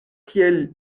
kiel